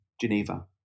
Geneva